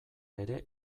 ere